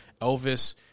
Elvis